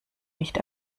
nicht